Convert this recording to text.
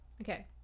Okay